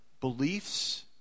beliefs